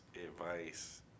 advice